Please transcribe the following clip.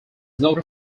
noted